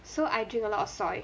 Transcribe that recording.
so I drink a lot of soy